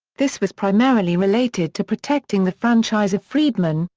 this was primarily related to protecting the franchise of freedmen,